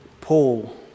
Paul